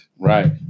right